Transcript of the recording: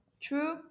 true